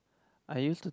I used to